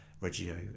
Reggio